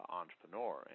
entrepreneur